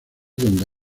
donde